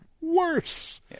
worse